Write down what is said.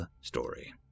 story